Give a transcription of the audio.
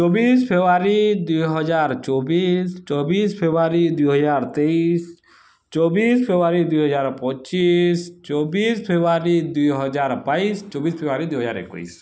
ଚବିଶ୍ ଫେବୃଆରୀ ଦୁଇ ହଜାର୍ ଚବିଶ୍ ଚବିଶ୍ ଫେବୃଆରୀ ଦୁଇ ହଜାର୍ ତେଇଶ୍ ଚବିଶ୍ ଫେବୃଆରୀ ଦୁଇ ହଜାର୍ ପଚିଶ ଚବିଶ୍ ଫେବୃଆରୀ ଦୁଇ ହଜାର୍ ବାଇଶ୍ ଚବିଶ୍ ଫେବୃଆରୀ ଦୁଇ ହଜାର୍ ଏକୋଇଶ୍